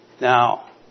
Now